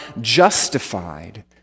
justified